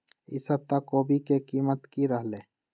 ई सप्ताह कोवी के कीमत की रहलै?